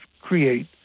create